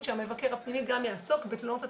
שהמבקר הפנימי גם יעסוק בתלונות הציבור,